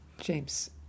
James